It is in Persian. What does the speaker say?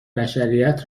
بشریت